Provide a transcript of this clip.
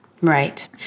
Right